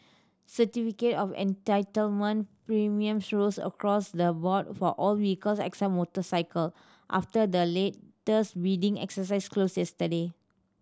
certificate of Entitlement premiums rose across the board for all vehicles except motorcycle after the latest bidding exercise closed yesterday